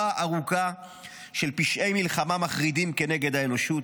ארוכה של פשעי מלחמה מחרידים כנגד האנושות,